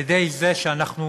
על-ידי זה שאנחנו,